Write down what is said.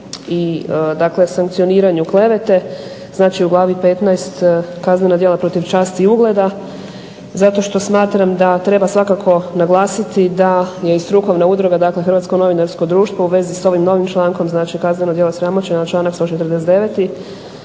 i dakle sankcioniranju klevete. Znači u glavi 15. kaznena djela protiv časti i ugleda zato što smatram da treba svakako naglasiti da je strukovna udruga Hrvatsko novinarsko društvo u vezi s ovim novim člankom znači kaznena djela sramoćenja, članak 149.